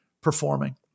performing